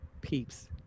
peeps